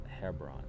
Hebron